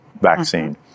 vaccine